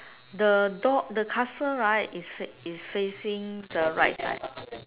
the door the castle right is fa~ is facing the right side